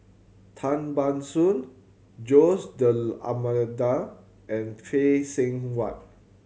Tan Ban Soon Jose D'Almeida and Phay Seng Whatt